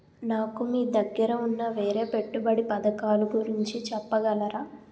నాకు మీ దగ్గర ఉన్న వేరే పెట్టుబడి పథకాలుగురించి చెప్పగలరా?